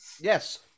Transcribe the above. Yes